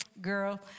Girl